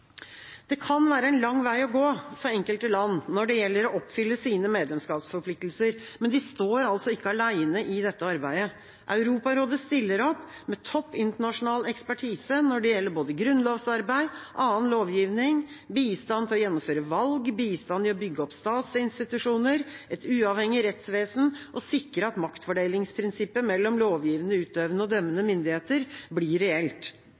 Det kan være en lang vei å gå for enkelte land når det gjelder å oppfylle medlemskapsforpliktelsene, men de står ikke alene i dette arbeidet – Europarådet stiller opp med topp internasjonal ekspertise når det gjelder både grunnlovsarbeid, annen lovgivning, bistand til å gjennomføre valg, bistand til å bygge opp statsinstitusjoner, et uavhengig rettsvesen og å sikre at maktfordelingsprinsippet mellom lovgivende, utøvende og dømmende myndigheter blir reelt.